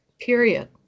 period